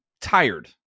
tired